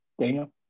Daniel